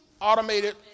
automated